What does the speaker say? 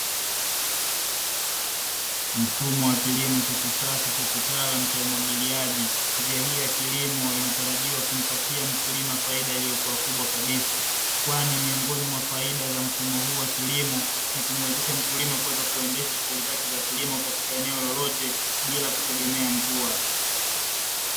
Mfumo wa kilimo cha kisasa cha kitaalamu cha umwagiliaji, njia hii ya kilimo inatarajiwa kumpatia mkulima faida iliyokuwa kubwa kabisa, kwani miongoni mwa faida za mfumo huu wa kilimo ni kumuwezesha mkulima kuweza kuendesha shughuli zake za kilimo katika eneo lolote bila kutegemea mvua.